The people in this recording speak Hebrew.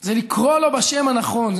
זה לקרוא לו בשם הנכון,